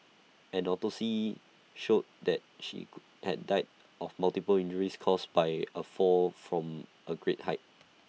an autopsy showed that she had died of multiple injuries caused by A fall from A great height